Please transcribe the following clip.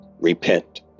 repent